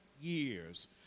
years